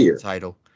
title